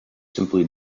simply